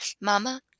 mama